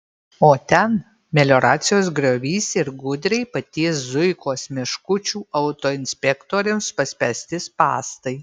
o ten melioracijos griovys ir gudriai paties zuikos meškučių autoinspektoriams paspęsti spąstai